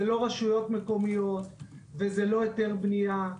זה לא רשויות מקומיות וזה לא היתר בנייה.